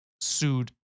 sued